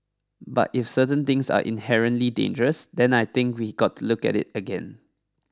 but if certain things are inherently dangerous then I think we got to look at it again